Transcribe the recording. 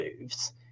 moves